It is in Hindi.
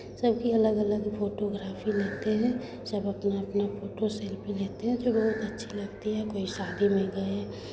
सबकी अलग अलग फोटोग्राफ़ी लेते हैं सब अपना अपना फोटो सेल्फी लेते हैं जो बहुत अच्छी लगती है कोई शादी में गए